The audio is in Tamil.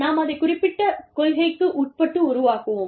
நாம் அதைக் குறிப்பிட்ட கொள்கைக்கு உட்பட்டு உருவாக்குவோம்